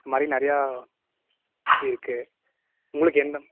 இந்த மாதிரி நிறையா இருக்குது உங்களுக்கு எந்த